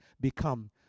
become